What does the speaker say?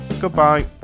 Goodbye